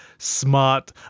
smart